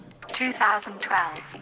2012